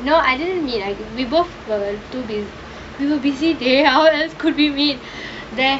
no I didn't we both were too busy busy day how else could it mean